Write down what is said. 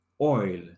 oil